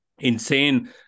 insane